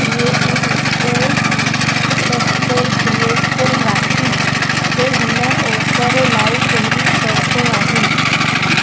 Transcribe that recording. creative space pastel crystal Rakhi ते हिन offer लाइ कहिड़ी शर्तूं आहिनि